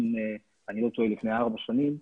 אם אני לא טועה לפני ארבע שנים,